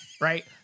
right